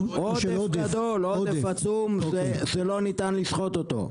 עודף גדול, עודף עצום שלא ניתן לשחוט אותו.